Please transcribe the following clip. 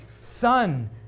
Son